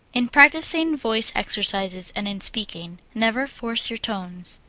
in practising voice exercises, and in speaking, never force your tones.